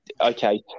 okay